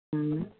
ہوں